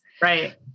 Right